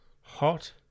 hot